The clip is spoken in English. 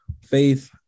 faith